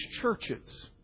churches